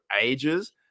ages